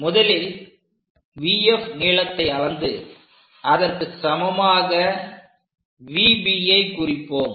முதலில் VF நீளத்தை அளந்து அதற்கு சமமாக VBஐ குறிப்போம்